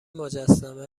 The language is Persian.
مجسمه